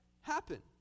happen